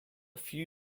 few